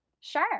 Sure